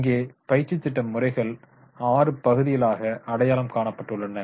இங்கே பயிற்சி திட்ட முறைகள் ஆறு பகுதிகளாக அடையாளம் காணப்பட்டுள்ளன